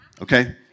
Okay